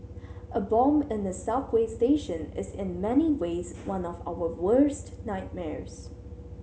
a bomb in a subway station is in many ways one of our worst nightmares